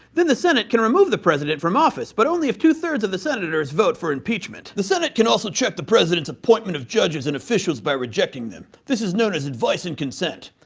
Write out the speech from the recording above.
then the senate can remove the president from office, but only if two thirds of the senators vote for impeachment. the senate can also check the president's appointment of judges and officials by rejecting them. this is known as advice and consent.